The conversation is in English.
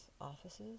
offices